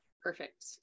Perfect